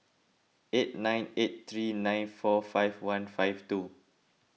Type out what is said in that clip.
eight nine eight three nine four five one five two